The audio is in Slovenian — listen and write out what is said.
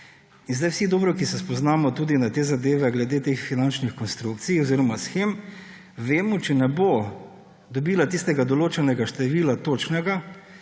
Vsi, ki se spoznamo tudi na zadeve glede finančnih konstrukcij oziroma shem, vemo, da če ne bo dobila tistega točno določenega števila,